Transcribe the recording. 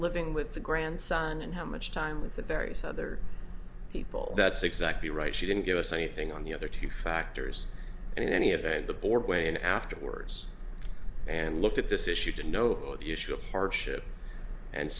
living with the grandson and how much time with the various other people that's exactly right she didn't give us anything on the other two factors and in any event the board weigh in afterwards and looked at this issue to know the issue of hardship and